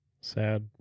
sad